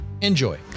Enjoy